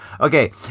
Okay